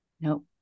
Nope